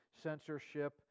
censorship